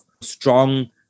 strong